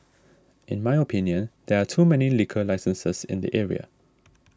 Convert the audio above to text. in my opinion there are too many liquor licenses in the area